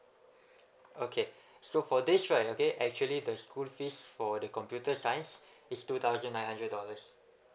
okay so for this right okay actually the school fees for the computer science is two thousand nine hundred dollars